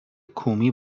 کومی